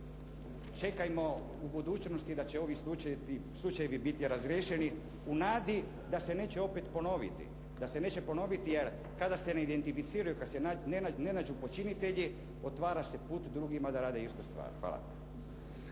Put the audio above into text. Čekajmo u budućnosti da će ovi slučajevi biti razriješeni u nadi da se neće opet ponoviti, da se neće ponoviti jer kada se neidentificiraju, kad se ne nađu počinitelji, otvara se put drugima da rade iste stvari. Hvala.